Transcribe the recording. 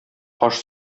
каш